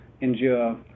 endure